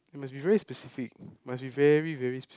it must be very specific must be very very specific